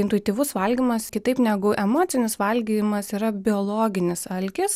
intuityvus valgymas kitaip negu emocinis valgyjimas yra biologinis alkis